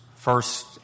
First